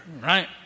right